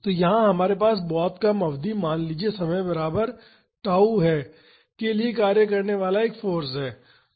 तो यहाँ हमारे पास बहुत कम अवधि मान लीजिये समय बराबर tau है के लिए कार्य करने वाला एक फाॅर्स है